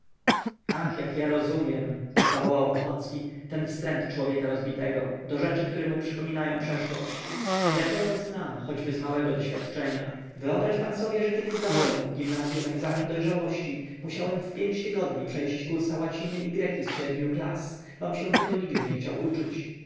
ach jak ja rozumiem zawołał ochocki ten wstręt człowieka rozbitego do rzeczy które mu przypominają przeszłość jak ja to znam choćby z małego doświadczenia wyobraź pan sobie że kiedy zdawałem w gimnazyum egzamin dojrzałości musiałem w pięć tygodni przejść kursa łaciny i greki z siedmiu klas bom się tego nigdy nie chciał uczyć